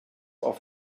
auf